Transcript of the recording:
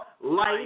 life